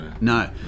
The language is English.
No